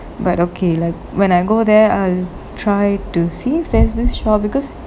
but okay like when I go there I will try to see if there's this show because